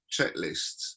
checklists